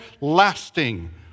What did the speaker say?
lasting